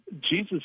Jesus